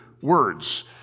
words